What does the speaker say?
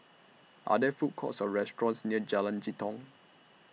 Are There Food Courts Or restaurants near Jalan Jitong